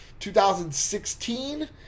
2016